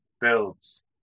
builds